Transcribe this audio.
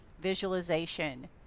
visualization